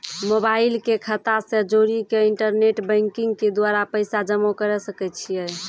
Mobile के खाता से जोड़ी के इंटरनेट बैंकिंग के द्वारा पैसा जमा करे सकय छियै?